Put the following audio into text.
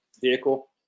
vehicle